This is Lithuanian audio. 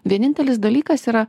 vienintelis dalykas yra